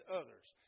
others